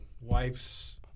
wife's